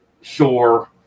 sure